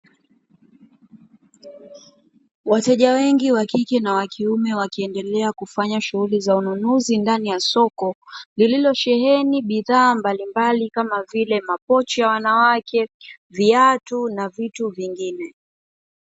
Wateja wengi wa kike na wakiume wakiendelea kufanya shughuli za ununuzi ndani ya Soko, lililosheheni bidhaa mbalimbali, kama vile mapochi ya wanawake, viatu na vitu vingine.